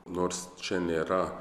nors čia nėra